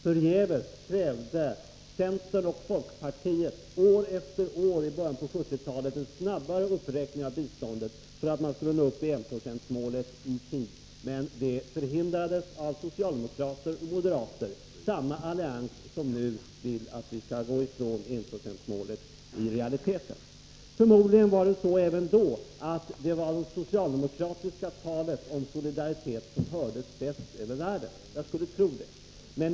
Förgäves krävde centern och folkpartiet år efter år i början av 1970-talet en snabbare uppräkning av biståndet, för att man skulle nå upp till enprocentsmålet i tid. Detta förhindrades emellertid av socialdemokrater och moderater — samma allians som nu vill att vi i realiteten skall gå ifrån enprocentsmålet. Förmodligen var det även då det socialdemokratiska talet om solidaritet som hördes bäst över världen. Jag skulle tro det.